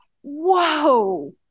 whoa